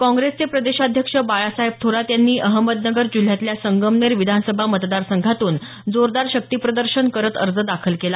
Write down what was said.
काँग्रेसचे प्रदेशाध्यकृष बाळासाहेब थोरात यांनी अहमदनगर जिल्ह्यातल्या संगमनेर विधानसभा मतदार संघातून जोरदार शक्तीप्रदर्शन करत अर्ज दाखल केला